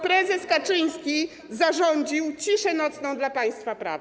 Prezes Kaczyński zarządził ciszę nocną dla państwa prawa.